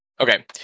Okay